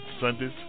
Sundays